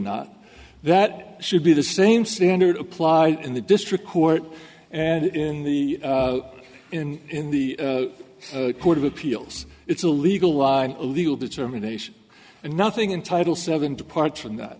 not that should be the same standard applied in the district court and in the in in the court of appeals it's a legal line a legal determination and nothing in title seven departs from that